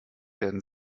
werden